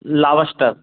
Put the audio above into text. lobster